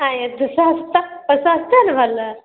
अँए यइ दुसौँस तक पचासे ने भेलै